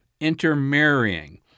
intermarrying